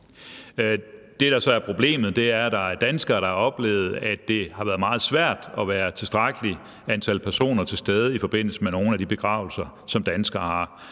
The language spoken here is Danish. Det, der så er problemet, er, at der er danskere, der har oplevet, at det har været meget svært at være et tilstrækkeligt antal personer til stede i forbindelse med nogle af de begravelser, som danskere har